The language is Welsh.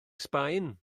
sbaen